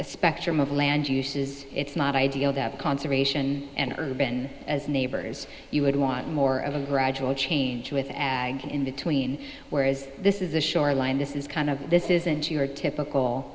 a spectrum of land use is it's not ideal that conservation and urban as neighbors you would want more of a gradual change with in the tween whereas this is a shoreline this is kind of this isn't your typical